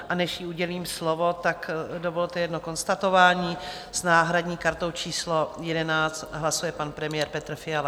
A než jí udělím slovo, dovolte jedno konstatování s náhradní kartou číslo 11 hlasuje pan premiér Petr Fiala.